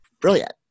brilliant